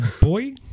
Boy